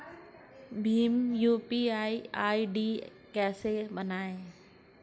Bhim UPI ID कैसे बनाएं?